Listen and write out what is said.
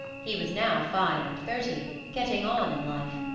he was now five-and-thirty getting on in life.